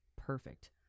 perfect